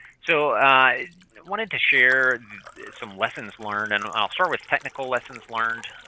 so, i wanted to share some lessons learned, and i'll start with technical lessons learned.